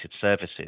services